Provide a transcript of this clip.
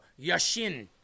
Yashin